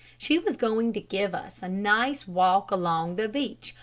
she was going to give us a nice walk along the beach,